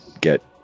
get